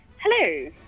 Hello